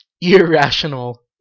irrational